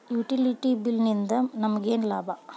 Utility bill ನಿಂದ್ ನಮಗೇನ ಲಾಭಾ?